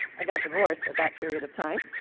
i got divorced at that period of time.